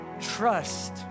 trust